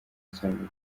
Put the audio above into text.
cyangwa